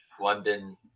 London